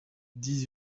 dix